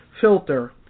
filter